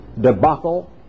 debacle